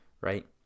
right